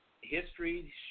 history